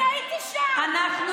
אני הייתי שם, זה לא קשור לבחירות.